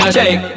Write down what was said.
shake